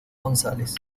gonzález